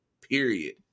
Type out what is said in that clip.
period